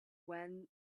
when